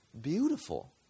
beautiful